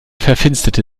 verfinsterte